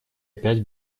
опять